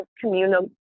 communal